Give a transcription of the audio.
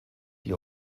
die